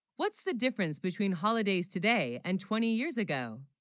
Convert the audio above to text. what's the difference between holidays today and twenty years, ago